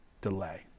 delay